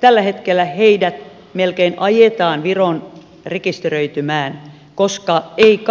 tällä hetkellä heidät melkein ajetaan viroon rekisteröitymään koska ei